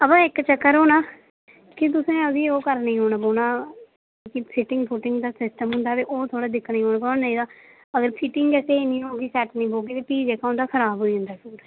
अवा चक्कर होना की तुसें एह्दी ओह् करने गी आना पौना कि फिटिंग फुटिंग दा सिस्टम हुंदा ते ओह् थोह्ड़ा दिक्खने गी औना पौना ते नेईं तां अगर फिटिंग गै स्हेई नी होग ते सैट नी बौह्गी ते फ्ही जेहका होंदा खराब होई जंदा